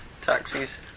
Taxis